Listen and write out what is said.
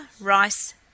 Rice